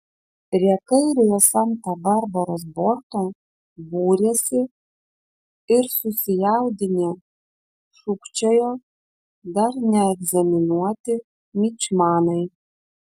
prie kairiojo santa barbaros borto būrėsi ir susijaudinę šūkčiojo dar neegzaminuoti mičmanai